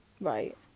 Right